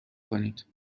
کنید